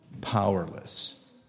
powerless